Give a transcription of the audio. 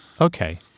Okay